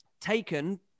taken